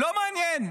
לא מעניין.